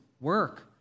Work